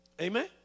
Amen